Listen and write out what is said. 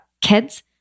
kids